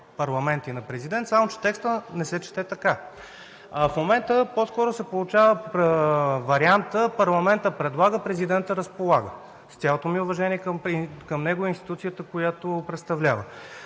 парламент и на президент, само че текстът не се чете така. В момента по-скоро се получава вариантът: парламентът предлага, президентът – разполага. С цялото ми уважение към него и институцията, която представлява,